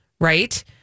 Right